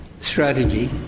strategy